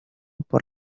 por